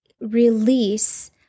release